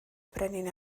brenin